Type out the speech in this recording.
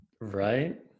Right